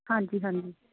ਹਾਂਜੀ ਹਾਂਜੀ